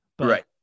Right